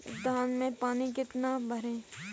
धान में पानी कितना भरें?